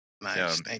nice